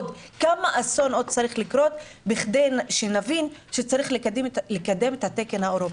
כמה אסונות צריכים לקרות בכדי שנבין שצריך לקדם את התקן האירופאי.